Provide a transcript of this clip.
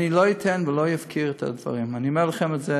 לא אתן ולא אפקיר את הדברים, אני אומר לכם את זה.